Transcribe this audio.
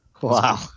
Wow